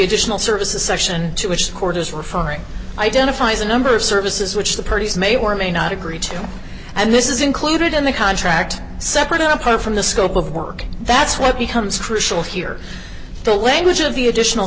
additional services section to which the court is referring identifies a number of services which the parties may or may not agree to and this is included in the contract separate and apart from the scope of work that's what becomes crucial here the language of the additional